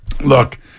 look